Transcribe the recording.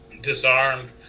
disarmed